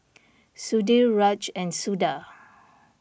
Sudhir Raj and Suda